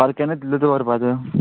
फाल्यां केन्ना येतलो तूं व्हरपाक